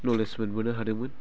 knowledge मोनबोनो हादोंमोन